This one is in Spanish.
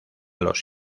los